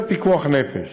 זה פיקוח נפש,